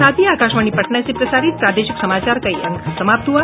इसके साथ ही आकाशवाणी पटना से प्रसारित प्रादेशिक समाचार का ये अंक समाप्त हुआ